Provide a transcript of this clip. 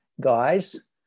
guys